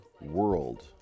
World